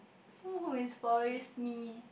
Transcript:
so who inspires me